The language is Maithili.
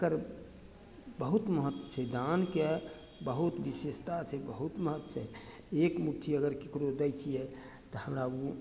एकर बहुत महत्व छै दानके बहुत विशेषता छै बहुत महत्व छै एक मुट्ठी अगर ककरो दै छियै तऽ हमरा उ